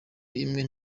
imwe